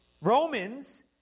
Romans